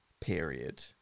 ...period